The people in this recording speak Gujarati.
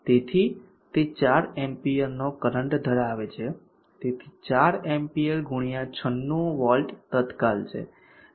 તેથી તે 4 એમ્પીયરનો કરંટ ધરાવે છે તેથી 4 એમ્પીયર ગુણ્યા 96 વોટ તત્કાલ છે